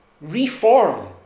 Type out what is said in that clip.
reform